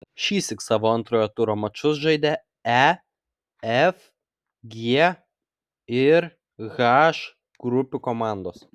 šįsyk savo antrojo turo mačus žaidė e f g ir h grupių komandos